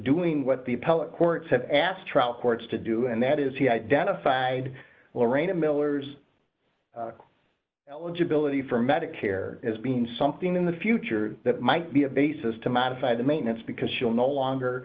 doing what the appellate courts have asked trial courts to do and that is he identified lorraine and miller's eligibility for medicare as being something in the future that might be a basis to modify the maintenance because she'll no longer